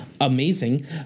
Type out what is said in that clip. amazing